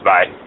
Bye